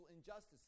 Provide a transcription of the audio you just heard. injustices